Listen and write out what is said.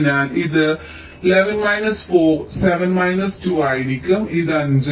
അതിനാൽ ഇത് 11 minus 4 7 minus 2 ആയിരിക്കും ഇത് 5